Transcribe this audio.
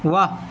وہ